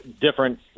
different